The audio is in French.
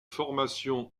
formation